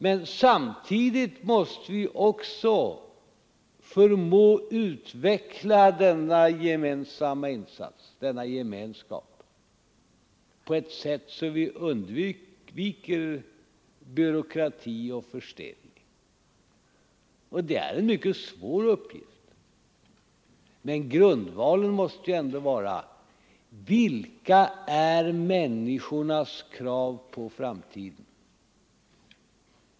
Men samtidigt måste vi också förmå utveckla denna gemenskap på ett sätt så att vi undviker byråkrati och förstelning. Det är en mycket svår uppgift, men grundvalen måste ju ändå vara denna: Vilka är människornas krav på framtiden?